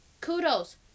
kudos